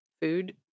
food